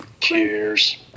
Cheers